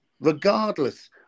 regardless